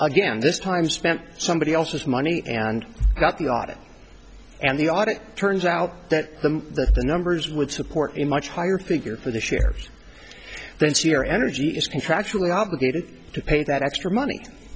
again this time spent somebody else's money and got the audit and the audit turns out that the numbers would support a much higher figure for the shares then so your energy is contractually obligated to pay that extra money